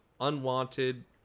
unwanted